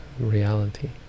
reality